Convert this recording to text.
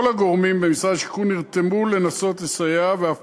כל הגורמים במשרד השיכון נרתמו לנסות לסייע ואף